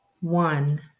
one